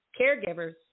caregivers